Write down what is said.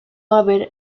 haber